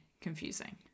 confusing